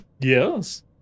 Yes